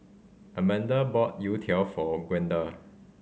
Amanda bought Youtiao for Gwenda